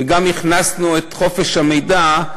וגם הכנסנו את חופש המידע,